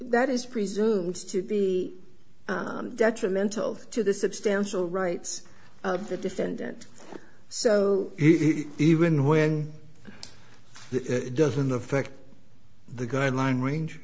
that is presumed to be detrimental to the substantial rights of the defendant so even when it doesn't affect the guideline range